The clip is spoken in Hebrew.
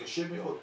קשה מאוד.